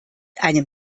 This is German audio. einem